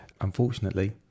Unfortunately